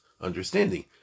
understanding